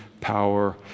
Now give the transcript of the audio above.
power